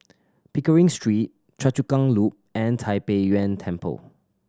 Pickering Street Choa Chu Kang Loop and Tai Pei Yuen Temple